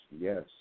yes